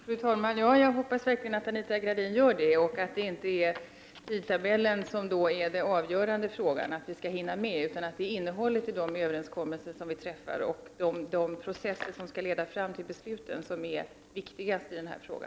Fru talman! Jag hoppas verkligen att Anita Gradin återkommer till riksdagen och att den avgörande frågan då inte är tidtabellen och om vi skall hinna med, utan att det är innehållet i de överenskommelser som vi träffar och de processer som skall leda fram till besluten som är viktigast i denna fråga.